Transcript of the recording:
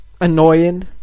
annoying